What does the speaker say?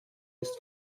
ist